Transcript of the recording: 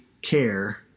care